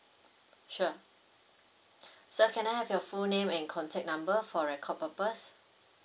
sure sir can I have your full name and contact number for record purpose